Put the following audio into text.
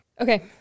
Okay